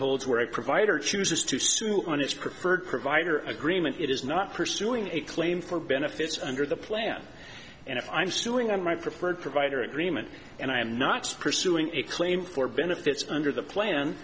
holds where a provider chooses to sue on its preferred provider agreement it is not pursuing a claim for benefits under the plan and if i'm suing on my preferred provider agreement and i am not pursuing a claim for benefits under the plan